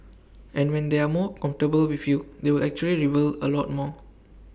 and when they are more comfortable with you they will actually reveal A lot more